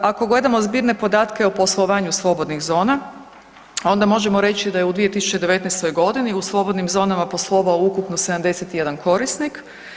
Ako gledamo zbirne podatke o poslovanju slobodnih zona onda možemo reći da je u 2019. godini u slobodnim zonama poslovao ukupno 71 korisnik.